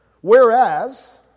Whereas